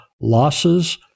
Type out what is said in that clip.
losses